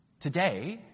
Today